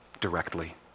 directly